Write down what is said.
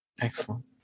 Excellent